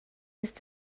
ist